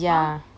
ya